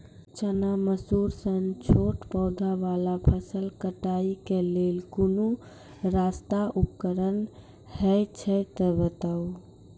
चना, मसूर सन छोट पौधा वाला फसल कटाई के लेल कूनू सस्ता उपकरण हे छै तऽ बताऊ?